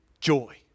joy